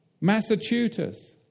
Massachusetts